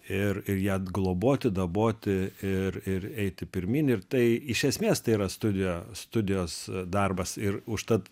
ir ir ją globoti daboti ir ir eiti pirmyn ir tai iš esmės tai yra studija studijos darbas ir užtat